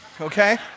okay